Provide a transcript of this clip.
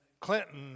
Clinton